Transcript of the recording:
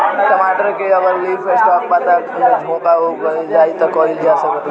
टमाटर में अगर लीफ स्पॉट पता में झोंका हो जाएँ त का कइल जा सकत बा?